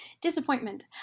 disappointment